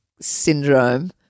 syndrome